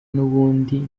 n’ubundi